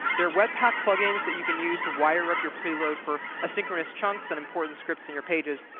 there are webpack plugins that you can use to wire up your preload for asynchronous chunks and important scripts in your pages.